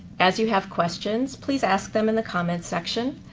as you have questions, please ask them in the comments section,